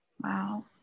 Wow